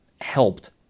helped